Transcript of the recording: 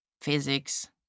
physics